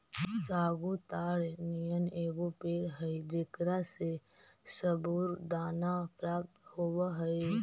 sago ताड़ नियन एगो पेड़ हई जेकरा से सबूरदाना प्राप्त होब हई